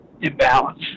imbalance